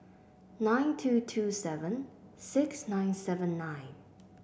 nine two two seven six nine seven nine